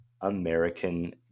American